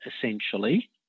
essentially